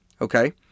Okay